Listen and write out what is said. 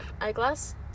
eyeglass